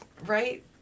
right